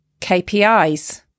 KPIs